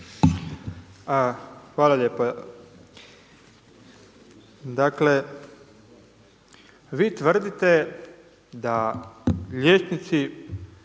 Hvala lijepa. Dakle, vi tvrdite da liječnici